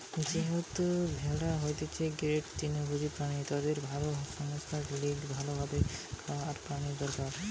যেহেতু ভেড়া হতিছে গটে তৃণভোজী প্রাণী তাদের ভালো সাস্থের লিগে ভালো ভাবে খাওয়া আর পানি দরকার